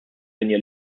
linja